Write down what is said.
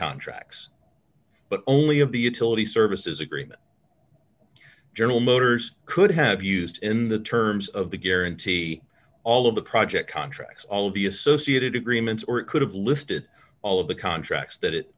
contracts but only of the utility services agreement general motors could have used in the terms of the guarantee all of the project contracts all the associated agreements or it could have listed all of the contracts that it